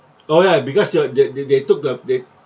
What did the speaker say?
oh ya because you're that they they took the they